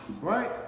Right